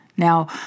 Now